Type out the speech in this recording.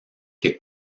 que